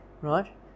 right